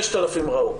5,000 ראו.